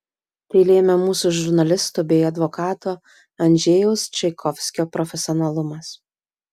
tai lėmė mūsų žurnalistų bei advokato andžejaus čaikovskio profesionalumas